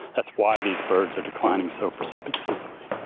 that's why these birds are declining so precipitously.